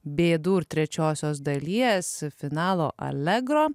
bė dur ir trečiosios dalies finalo allegro